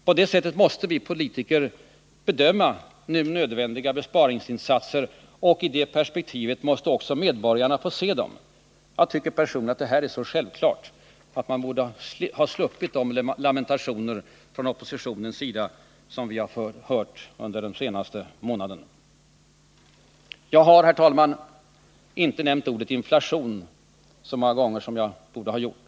På det sättet måste vi politiker bedöma nu nödvändiga besparingsinsatser. Och i det perspektivet måste också medborgarna få se dem. Jag tycker personligen att detta är så självklart att vi borde ha sluppit de lamentationer från oppositionens sida som vi har fått höra under den senaste månaden. Herr talman! Jag har inte nämnt ordet inflation så många gånger som jag borde ha gjort.